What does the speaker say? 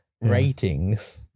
ratings